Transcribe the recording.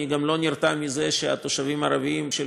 אני גם לא נרתע מזה שהתושבים הערבים של